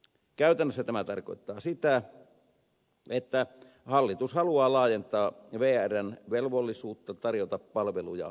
käytännössä tämä tarkoittaa sitä että hallitus haluaa laajentaa vrn velvollisuutta tarjota palveluja kilpailijoilleen